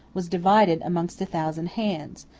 was divided amongst a thousand hands,